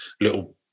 little